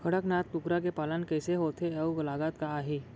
कड़कनाथ कुकरा के पालन कइसे होथे अऊ लागत का आही?